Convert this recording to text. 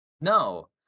No